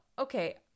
okay